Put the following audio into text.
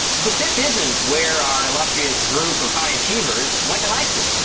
but this isn't where our illustrious group of high achievers went to high school.